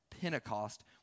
Pentecost